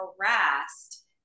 harassed